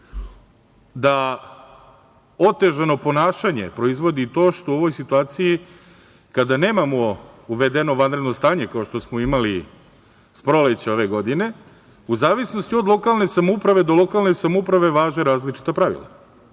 da otežano ponašanje proizvodi to što u ovakvoj situaciji kada nemamo uvedeno vanredno stanje, kao što smo imali sa proleća ove godine, u zavisnosti od lokalne samouprave do lokalne samouprave važe različita pravila